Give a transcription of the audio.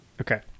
Okay